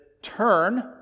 turn